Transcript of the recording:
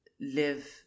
live